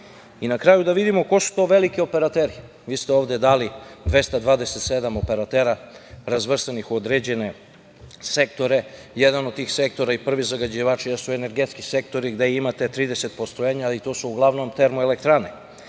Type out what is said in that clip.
kraju da vidimo ko su ti veliki operateri. Vi ste ovde dali 227 operateri razvrstanih u određene sektore. Jedan od tih sektora i prvi zagađivač jesu energentski sektori gde imate 30 postrojenja i to su uglavnom termoelektrane.